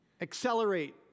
accelerate